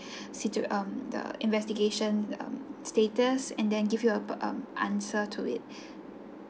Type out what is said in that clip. situ~ um the investigation um status and then give you um answer to it